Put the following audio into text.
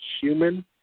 human